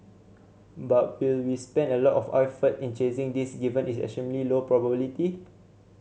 but will we spend a lot of our effort in chasing this given its extremely low probability